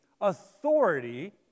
authority